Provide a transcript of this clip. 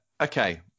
Okay